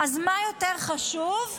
מה יותר חשוב?